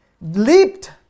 leaped